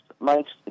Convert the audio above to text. makes